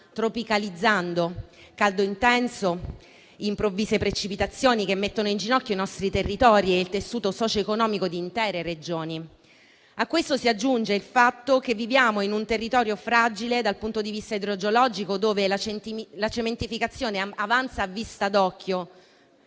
tropicalizzando, con caldo intenso e improvvise precipitazioni che mettono in ginocchio i nostri territori e il tessuto socio-economico di intere Regioni. A questo si aggiunge il fatto che viviamo in un territorio fragile dal punto di vista idrogeologico, dove la cementificazione avanza a vista d'occhio.